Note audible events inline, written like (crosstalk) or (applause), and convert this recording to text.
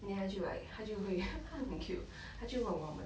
then 他就 like 他就会 (laughs) 他很 cute 他就问我们